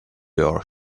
your